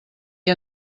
que